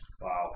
Wow